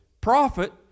prophet